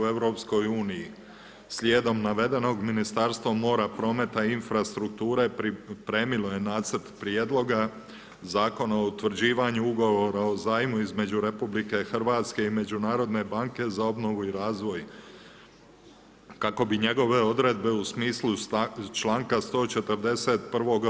Slijedom navedenog Ministarstvo mora, prometa i infrastrukture pripremilo je nacrt Prijedloga zakona o utvrđivanju ugovora o zajmu između RH i Međunarodne banke za obnovu i razvoj, kako bi njegove odredbe u smislu članka 141.